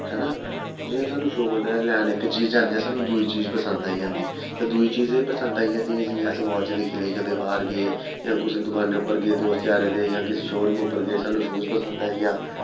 ऐना जि'यां सानूं शौक औंदा ऐ लैने ई इक चीज़ जन्ने ते सानूं दूई चीज़ पसंद आई जंदी ते दूई चीज़ एह् पसंद आई जंदी जि'यां असें वॉच दिक्खी लेई कदें अस बाह्र गे जां कुसै दुकाना पर गे दोस्त यारें दे जां किसै शो रूम च गे सानूं शूज़ पसंद आई जा